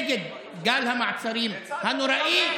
נגד גל המעצרים הנוראיים,